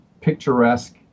picturesque